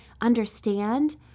understand